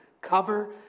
cover